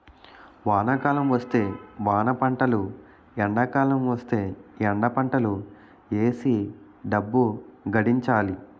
వానాకాలం వస్తే వానపంటలు ఎండాకాలం వస్తేయ్ ఎండపంటలు ఏసీ డబ్బు గడించాలి